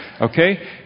Okay